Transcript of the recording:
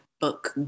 Book